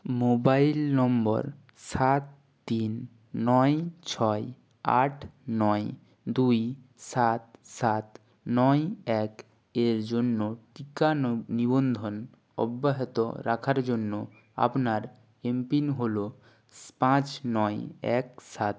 mobile number সাত তিন নয় ছয় আট নয় দুই সাত সাত নয় এক এর জন্য টিকা নে নিবন্ধন অব্যাহত রাখার জন্য আপনার এমপিন হল পাঁচ নয় এক সাত